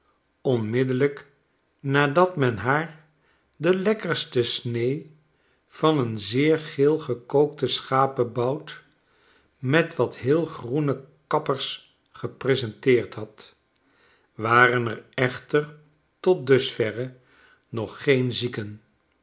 onmiddellijk nadat men haar de lekkerste snee van een zeer geel gekookten schabebout met wat heel groene kappers gepresenteerd had waren er echter tot dusverre nog geen zieken